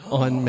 on